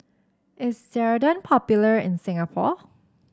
is Ceradan popular in Singapore